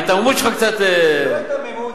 ההיתממות שלך קצת, זו לא היתממות.